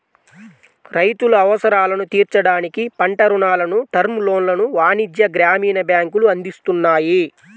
రైతుల అవసరాలను తీర్చడానికి పంట రుణాలను, టర్మ్ లోన్లను వాణిజ్య, గ్రామీణ బ్యాంకులు అందిస్తున్నాయి